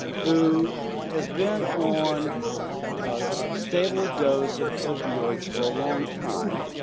who has been on a stable dose of opioids for a long time,